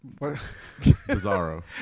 Bizarro